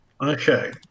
Okay